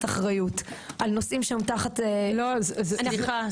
אחריות על נושאים שהם תחת --- לא סליחה,